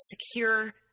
secure